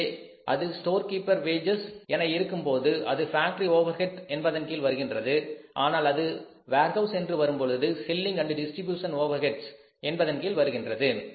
எனவே அது store keeper wages என இருக்கும்போது அது ஃபேக்டரி ஓவர் ஹெட் என்பதன் கீழ் வருகின்றது ஆனால் அது வேர்ஹவுஸ் என்று வரும்பொழுது செல்லிங் மற்றும் distribution overheads Selling Distribution Overheads என்பதன் கீழ் வருகின்றது